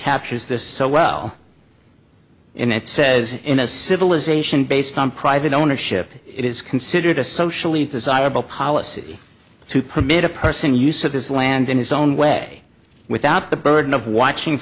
captures this so well and it says in a civilization based on private ownership it is considered a socially desirable policy to permit a person use of his land in his own way without the burden of watching